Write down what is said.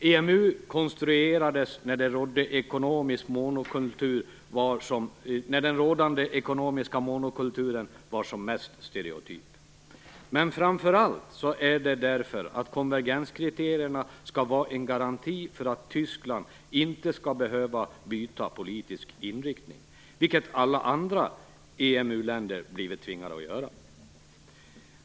EMU konstruerades när den rådande ekonomiska monokulturen var som mest stereotyp. Men framför allt är det därför att konvergenskriterierna skall vara en garanti för att Tyskland inte skall behöva byta politisk inriktning, vilket alla andra EMU-länder blivit tvingade att göra.